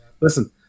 listen